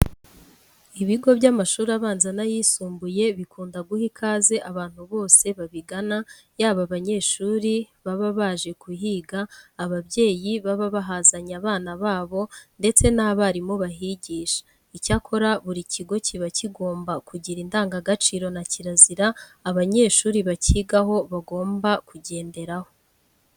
Ibigo by'amashuri abanza n'ayisumbuye bikunda guha ikaze abantu bose babigana yaba abanyeshuri baba baje kuhiga, ababyeyi baba bahazanye abana babo ndetse n'abarimu bahigisha. Icyakora buri kigo kiba kigomba kugira indangagaciro na kirazira abanyeshuri bakigaho bagomba kugenderaho.